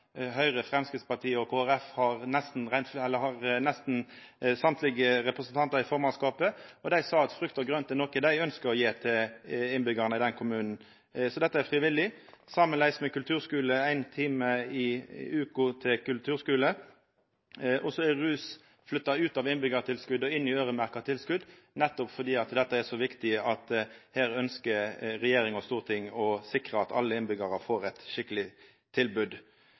Høgre, Framstegspartiet og Kristeleg Folkeparti har nesten samtlege representantar i formannskapet, og dei sa at frukt og grønt er noko dei ønskjer å gje innbyggjarane i den kommunen. Så dette er frivillig. Sameleis er det med kulturskulen – ein time i veka til kulturskule. Så er rus flytta ut av innbyggjartilskottet og inn i øyremerkte tilskott, nettopp fordi dette er så viktig at her ønskjer regjering og storting å sikra at alle innbyggjarar får eit skikkeleg tilbod.